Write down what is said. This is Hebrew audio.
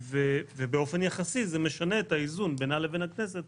ובאופן יחסי זה משנה את האיזון בינה לבין הכנסת,